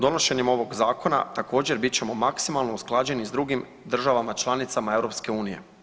Donošenjem ovog zakona također bit ćemo maksimalno usklađeni s drugim državama članicama EU.